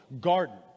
garden